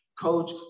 coach